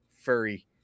furry